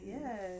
yes